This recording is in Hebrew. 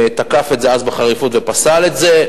תקף את זה אז בחריפות ופסל את זה,